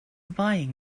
buying